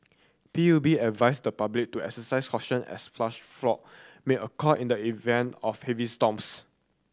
P U B advised the public to exercise caution as flash flood may occur in the event of heavy storms